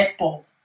netball